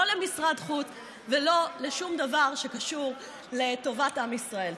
לא למשרד חוץ ולא לשום דבר שקשור לטובת עם ישראל.